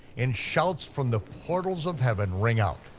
and shouts from the portals of heaven ring out.